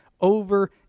over